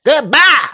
goodbye